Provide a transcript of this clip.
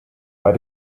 bei